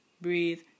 breathe